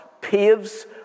paves